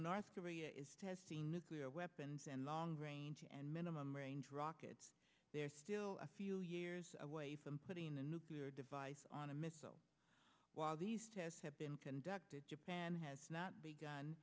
north korea is testing nuclear weapons and long range and minimum range rockets they're still a few years away from putting a nuclear device on a missile while these have been conducted japan has